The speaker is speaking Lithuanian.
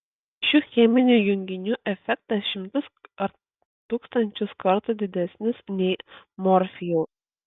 šių cheminių junginių efektas šimtus ar tūkstančius kartų didesnis nei morfijaus